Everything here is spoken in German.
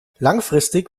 langfristig